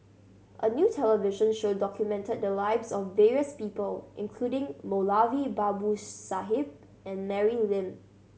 a new television show documented the lives of various people including Moulavi Babu Sahib and Mary Lim